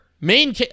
main